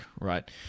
right